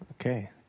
okay